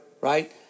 right